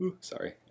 sorry